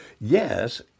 Yes